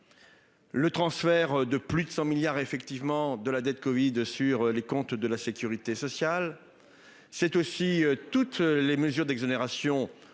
Le transfert de plus de 100 milliards effectivement de la dette Covid sur les comptes de la Sécurité sociale. C'est aussi toutes les mesures d'exonération